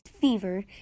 fever